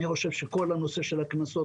אני חושב שכל הנושא הזה של הקנסות